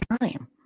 time